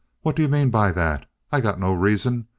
what d'you mean by that? i got no reason.